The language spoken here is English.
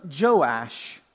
Joash